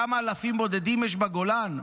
כמה אלפים בודדים יש בגולן,